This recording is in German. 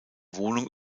wohnung